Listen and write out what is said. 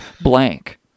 blank